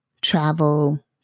Travel